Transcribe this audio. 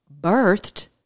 birthed